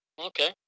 Okay